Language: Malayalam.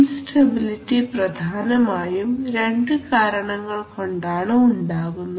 ഇൻസ്റ്റബിലിറ്റി പ്രധാനമായും രണ്ടു കാരണങ്ങൾ കൊണ്ടാണ് ഉണ്ടാക്കുന്നത്